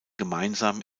gemeinsam